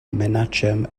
menachem